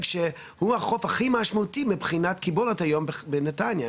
שהוא החוף הכי משמעותי מבחינת קיבולת היום בנתניה.